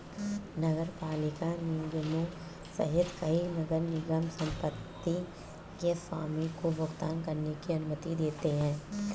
नगरपालिका निगमों सहित कई नगर निगम संपत्ति के स्वामी को भुगतान करने की अनुमति देते हैं